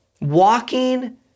Walking